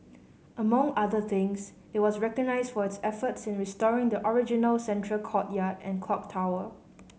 among other things it was recognised for its efforts in restoring the original central courtyard and clock tower